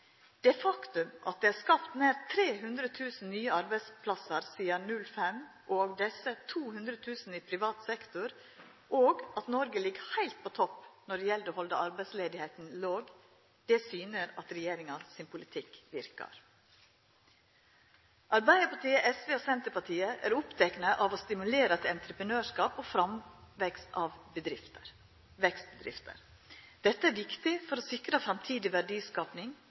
Det faktum at det er skapt nær 300 000 nye arbeidsplassar sidan 2005, av desse 200 000 i privat sektor, og at Noreg ligg heilt på topp når det gjeld å halda arbeidsløysa låg, syner at regjeringa sin politikk verkar. Arbeidarpartiet, SV og Senterpartiet er opptekne av å stimulera til entreprenørskap og framvekst av vekstbedrifter. Dette er viktig for å sikra framtidig verdiskaping,